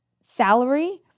salary